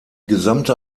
gesamte